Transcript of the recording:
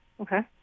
Okay